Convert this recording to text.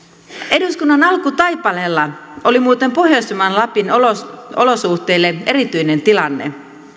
eduskunnan alkutaipaleella oli muuten pohjoisimman lapin olosuhteille erityinen tilanne